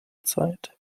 zeit